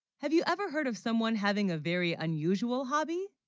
have you, ever heard of someone having a very unusual hobby